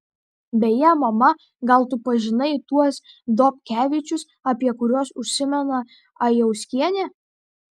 beje mama gal tu pažinai tuos dobkevičius apie kuriuos užsimena ajauskienė